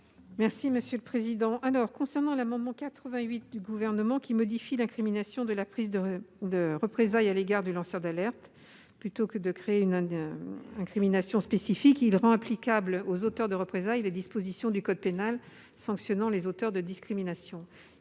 Quel est l'avis de la commission ? L'amendement n° 88 du Gouvernement tend à modifier l'incrimination de la prise de représailles à l'égard d'un lanceur d'alerte. Plutôt que de créer une incrimination spécifique, il vise à rendre applicables aux auteurs de représailles les dispositions du code pénal sanctionnant les auteurs de discriminations.